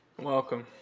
welcome